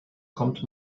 kommt